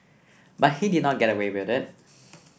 but he did not get away with it